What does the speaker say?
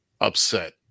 upset